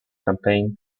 campaign